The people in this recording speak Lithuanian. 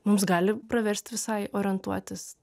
mums gali praversti visai orientuotis